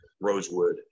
rosewood